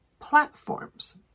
platforms